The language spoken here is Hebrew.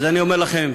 אז אני אומר לכם,